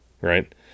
Right